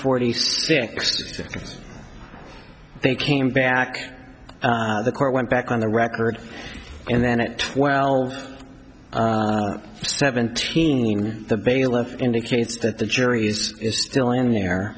six they came back the court went back on the record and then at twelve seventeen the bailiff indicates that the jury's still in there